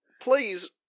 please